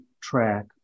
track